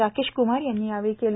राकेश क्रमार यांनी यावेळी केलं